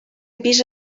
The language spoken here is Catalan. pis